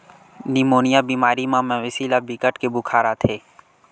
pneumonia बेमारी म मवेशी ल बिकट के बुखार आथे